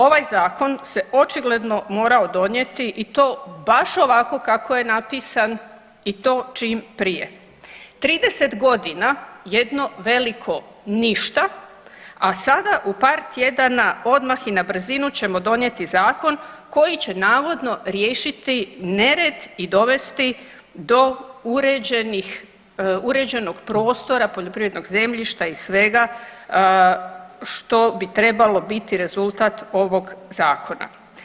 Ovaj zakon se očigledno morao donijeti i to baš ovako kako je napisan i to čim prije, 30.g. jedno veliko ništa, a sada u par tjedana odmah i na brzinu ćemo donijeti zakon koji će navodno riješiti nered i dovesti do uređenih, uređenog prostora poljoprivrednog zemljišta i svega što bi trebalo biti rezultat ovog zakona.